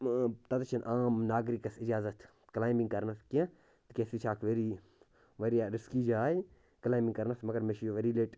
ٲں تَتیٚتھ چھُنہٕ عام ناگرِکَس اجازت کٕلاینبنٛگ کرنَس کیٚنٛہہ تِکیٛازِ سُہ چھِ اَکھ ویری واریاہ رِسکی جاے کٕلاینٛبنٛگ کرنَس مگر مےٚ چھِ یہِ واریاہ لَٹہِ